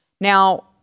Now